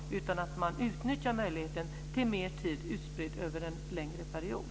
Man utnyttjar möjligheten till mer tid utspridd över en längre period.